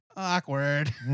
awkward